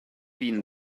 been